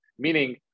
meaning